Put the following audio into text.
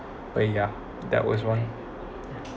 but yeah that was one